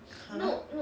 !huh!